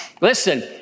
listen